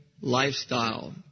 lifestyle